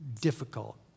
difficult